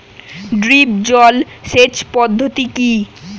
Drip জল সেচ পদ্ধতি কি?